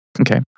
okay